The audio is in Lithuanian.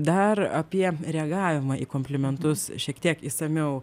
dar apie reagavimą į komplimentus šiek tiek išsamiau